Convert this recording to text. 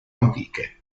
antiche